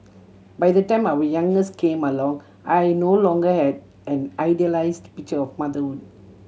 by the time our youngest came along I no longer had an idealised picture of motherhood